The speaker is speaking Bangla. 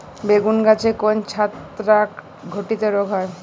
বেগুন গাছে কোন ছত্রাক ঘটিত রোগ হয়?